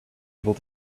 able